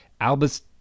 Albus